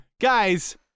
Guys